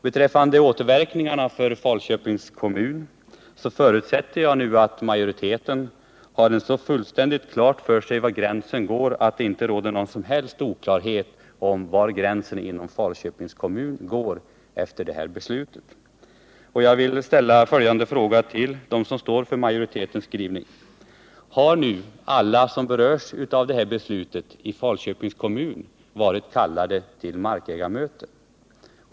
Beträffande återverkningarna för Falköpings kommun förutsätter jag nu att majoriteten har fullständigt klart för sig var gränsen inom Falköpings kommun går, så att det efter det här beslutet inte råder någon som helst oklarhet om det. Jag vill ställa följande fråga till dem som svarar för majoritetens skrivning: Har nu alla i Falköpings kommun som berörs av beslutet varit kallade till markägarmöte?